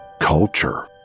culture